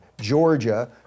Georgia